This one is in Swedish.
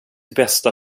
bästa